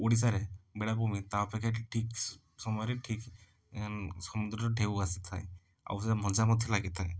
ଓଡ଼ିଶାରେ ବେଳାଭୂମି ତା' ଅପେକ୍ଷା ଏଠି ଠିକ୍ ସ ସମୟରେ ଠିକ୍ ସମୁଦ୍ରର ଢେଉ ଆସିଥାଏ ଆଉ ସେ ମଜା ମଧ୍ୟ ଲାଗିଥାଏ